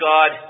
God